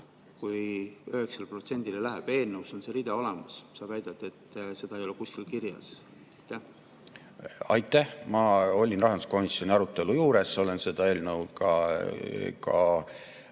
kui 9%-le [langeb]. Eelnõus on see rida olemas, sa väidad, et seda ei ole kuskil kirjas. Aitäh! Ma olin rahanduskomisjoni arutelu juures ja olen seda eelnõu ka